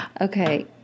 Okay